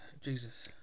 jesus